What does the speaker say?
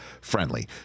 friendly